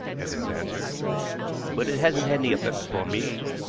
evans answered but it hasn't had any effect upon me,